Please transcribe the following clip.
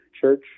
church